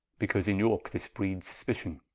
because in yorke this breedes suspition